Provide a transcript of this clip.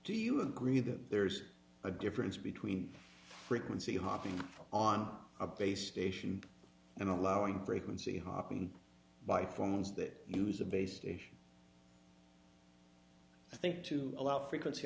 do you agree that there's a difference between frequency hopping on a base station and allowing frequency hopping by phones that use of a station i think to allow frequency